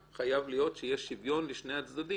חייב להיות שיהיה שוויון בין שני הצדדים